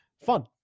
fun